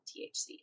THC